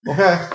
Okay